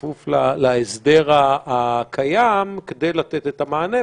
בכפוף להסדר הקיים כדי לתת את המענה,